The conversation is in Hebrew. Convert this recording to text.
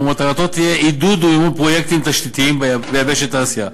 ומטרתו תהיה עידוד ומימון פרויקטים תשתיתיים ביבשת אסיה.